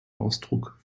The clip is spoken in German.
ausdruck